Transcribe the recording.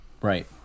Right